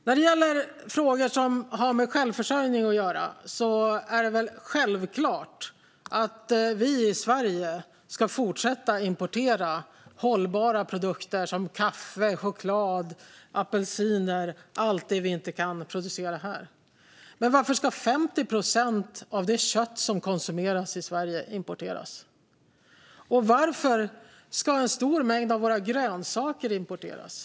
När det gäller frågor som har med självförsörjning att göra är det väl självklart att vi i Sverige ska fortsätta importera hållbara produkter som kaffe, choklad, apelsiner och allt annat som vi inte kan producera här. Men varför ska 50 procent av det kött som konsumeras i Sverige importeras? Varför ska en stor mängd av våra grönsaker importeras?